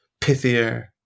pithier